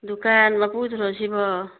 ꯗꯨꯀꯥꯟ ꯃꯄꯨꯗꯨꯔꯣ ꯁꯤꯕꯣ